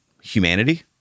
humanity